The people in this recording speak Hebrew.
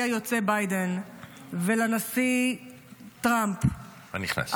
היוצא ביידן ולנשיא טראמפ -- הנכנס.